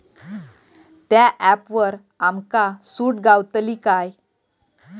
त्या ऍपवर आमका सूट गावतली काय?